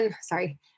Sorry